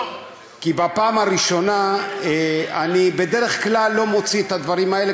כי בפעם הראשונה אני בדרך כלל לא מוציא את הדברים האלה,